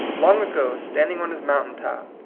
long ago, standing on his mountain-top,